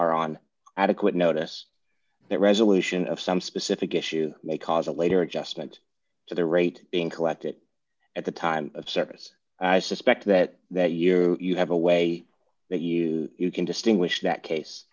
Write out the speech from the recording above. are on adequate notice that resolution of some specific issue may cause a later adjustment to the rate in collected at the time of service i suspect that that you have a way that you can distinguish that